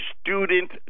student